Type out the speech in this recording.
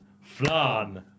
flan